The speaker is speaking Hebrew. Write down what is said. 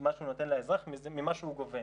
מה שהוא נותן לאזרח ממה שהוא גובה.